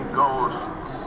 ghosts